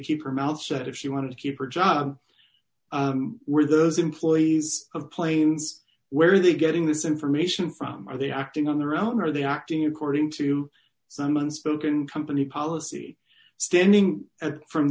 keep her mouth shut if she wanted to keep her job were those employees of planes where are they getting this information from are they acting on their own or are they acting according to some unspoken company policy standing at from